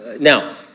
now